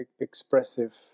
expressive